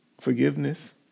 Forgiveness